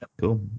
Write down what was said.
cool